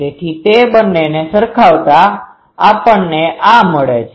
તેથી તે બંનેને સરખાવતા આપણને આ મળે છે